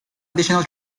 additional